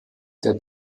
der